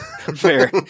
Fair